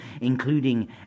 including